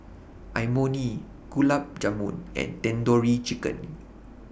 Imoni Gulab Jamun and Tandoori Chicken